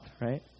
right